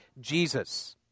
Jesus